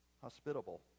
hospitable